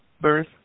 birth